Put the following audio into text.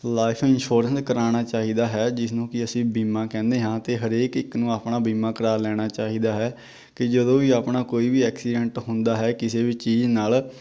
life insurance ਕਰਾਉਣਾ ਚਾਹੀਦਾ ਹੈ ਜਿਸ ਨੂੰ ਕਿ ਅਸੀਂ ਬੀਮਾ ਕਹਿੰਦੇ ਹਾਂ ਅਤੇ ਹਰੇਕ ਇੱਕ ਨੂੰ ਆਪਣਾ ਬੀਮਾ ਕਰਵਾ ਲੈਣਾ ਚਾਹੀਦਾ ਹੈ ਕਿ ਜਦੋਂ ਵੀ ਆਪਣਾ ਕੋਈ ਵੀ ਐਕਸੀਡੈਂਟ ਹੁੰਦਾ ਹੈ ਕਿਸੇ ਵੀ ਚੀਜ਼ ਨਾਲ